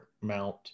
mount